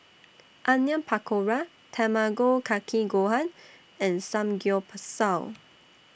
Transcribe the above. Onion Pakora Tamago Kake Gohan and Samgyeopsal